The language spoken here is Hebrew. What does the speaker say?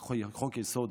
חוק-יסוד,